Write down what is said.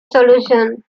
solution